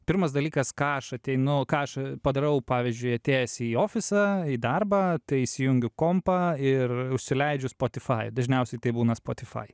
pirmas dalykas ką aš ateinu ką aš padarau pavyzdžiui atėjęs į ofisą į darbą tai įsijungiu kompą ir užsileidžiu spotify dažniausiai tai būna spotify